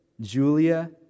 Julia